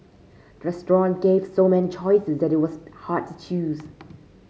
restaurant gave so many choices that it was hard to choose